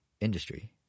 industry